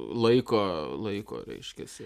laiko laiko reiškiasi